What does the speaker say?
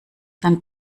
dann